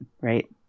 right